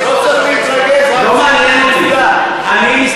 מיקי, תגיד עוד פעם, אני יכול לתאר את ההיסטוריה.